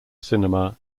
cinema